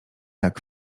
jak